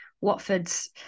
Watford's